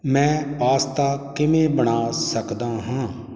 ਮੈਂ ਪਾਸਤਾ ਕਿਵੇਂ ਬਣਾ ਸਕਦਾ ਹਾਂ